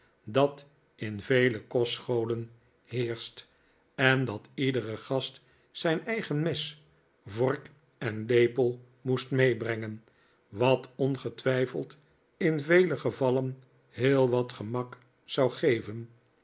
dat in vele kostscholen heerscht en dat iedere gast zijn eigen mes vork en lepel moest meebrehgen wat ongetwijfeld in vele gevallen heel wat gemak zou geven